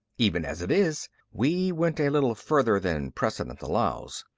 even as it is, we went a little further than precedent allows.